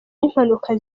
n’impanuka